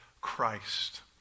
Christ